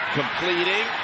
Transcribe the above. completing